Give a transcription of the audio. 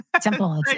Simple